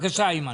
בבקשה, אימאן.